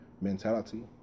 mentality